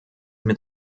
mit